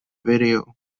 video